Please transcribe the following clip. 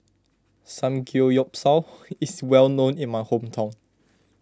Samgeyopsal is well known in my hometown